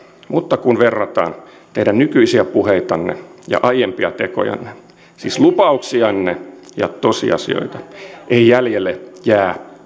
mutta kun verrataan teidän nykyisiä puheitanne ja aiempia tekojanne siis lupauksianne ja tosiasioita ei jäljelle jää